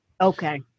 Okay